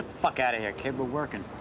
fuck outta here, kid, we're workin'.